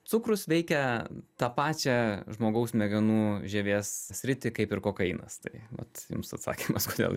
cukrus veikia tą pačią žmogaus smegenų žievės sritį kaip ir kokainas tai vat jums atsakymas kodėl